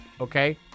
okay